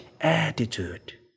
attitude